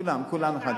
כולן.